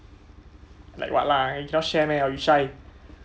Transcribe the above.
like what lah you cannot share meh or you shy